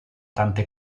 tante